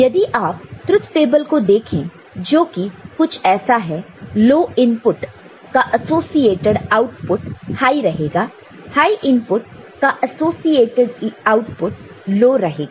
यदि आप truth table को देखें जो कि कुछ ऐसा है लो इनपुट का एसोसिएटड आउटपुट हाई रहेगा हाय इनपुट का एसोसिएटेड आउटपुट लो रहेगा